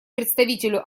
представителю